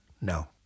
No